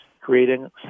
creating